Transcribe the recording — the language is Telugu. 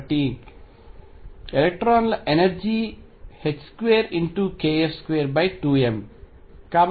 కాబట్టి ఎలక్ట్రాన్ల ఎనర్జీ 2kF22m